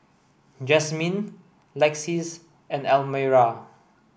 Jazmyne Lexis and Almyra